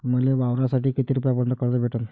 मले वावरासाठी किती रुपयापर्यंत कर्ज भेटन?